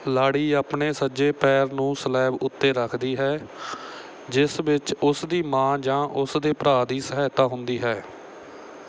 ਲਾੜੀ ਆਪਣੇ ਸੱਜੇ ਪੈਰ ਨੂੰ ਸਲੈਬ ਉੱਤੇ ਰੱਖਦੀ ਹੈ ਜਿਸ ਵਿੱਚ ਉਸ ਦੀ ਮਾਂ ਜਾਂ ਉਸ ਦੇ ਭਰਾ ਦੀ ਸਹਾਇਤਾ ਹੁੰਦੀ ਹੈ